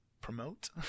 promote